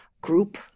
Group